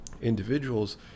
individuals